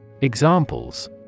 Examples